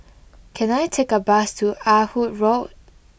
can I take a bus to Ah Hood Road